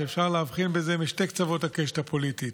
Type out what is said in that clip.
שאפשר להבחין בזה משני קצוות הקשת הפוליטית.